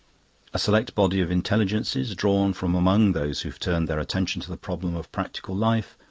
a select body of intelligences, drawn from among those who have turned their attention to the problems of practical life,